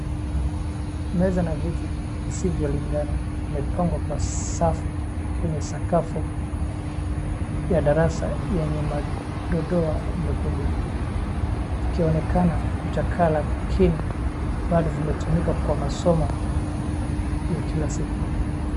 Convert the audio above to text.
Meza na viti zisivyolingana zimepangwa kwa safu kwenye sakafu ya darasa lenye madoadoa mekundu, ikionekana kuchakaa lakini bado vimetumika kwa masomo ya kila siku.